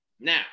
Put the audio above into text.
Now